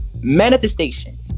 manifestation